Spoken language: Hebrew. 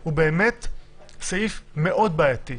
הוא באמת סעיף מאוד בעייתי.